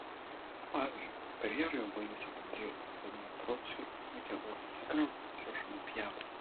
pavyzdžiui karjerą jau baigusiam andrejui zadneprovskiui reikėdavo įsikrauti prieš olimpiadą